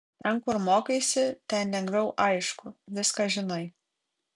ten kur mokaisi ten lengviau aišku viską žinai